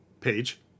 page